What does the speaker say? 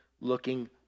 looking